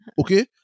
Okay